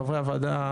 חברי הוועדה,